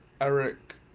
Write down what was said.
Eric